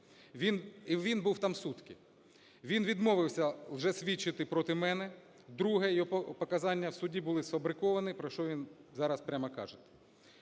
він був там сутки, він відмовився вже свідчити проти мене. Друге: його показання в суді були сфабриковані, про що він зараз прямо каже.